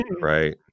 Right